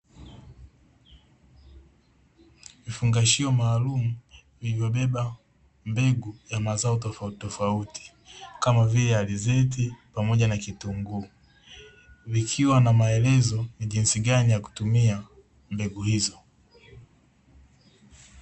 Vifungashio maalumu, vilivyobeba mbegu ya mazao tofautitofauti kama vile; alizeti pamoja na kitunguu zikiwa na maelezo ni jinsi kutumia mbegu hizo.